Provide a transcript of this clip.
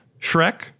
Shrek